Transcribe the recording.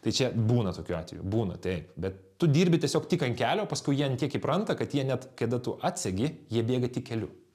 tai čia būna tokių atvejų būna taip bet tu dirbi tiesiog tik ant kelio paskui jie ant tiek įpranta kad jie net kada tu atsegi jie bėga tik keliu